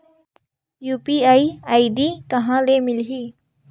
UPI ID कहां ले मिलही?